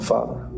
Father